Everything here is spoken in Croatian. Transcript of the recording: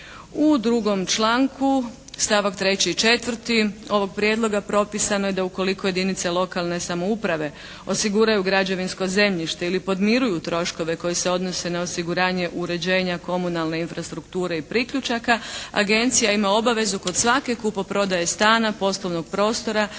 U 2. članku stavak 3. i 4., ovog prijedloga propisano je da ukoliko jedinice lokalne samouprave osiguraju građevinsko zemljište ili podmiruju troškove koji se odnose na osiguranje uređenja komunalne infrastrukture i priključaka, agencija ima obavezu kod svake kupoprodaje stana, poslovnog prostora,